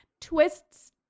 twists